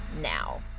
Now